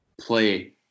play